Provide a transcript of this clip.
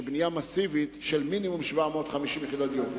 בנייה מסיבית של מינימום 750 יחידות דיור.